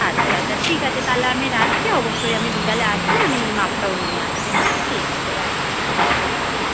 আচ্ছা আচ্ছা ঠিক আছে তাহলে আমি রাখছি অবশ্যই আমি বিকালে আসছি আমি এই মাপটাও নিয়ে আসছি হ্যাঁ ঠিক আছে রাখছি তাহলে দিদি হ্যাঁ